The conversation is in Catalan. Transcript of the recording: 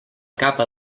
capa